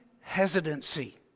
Hesitancy